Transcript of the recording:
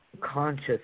conscious